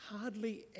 Hardly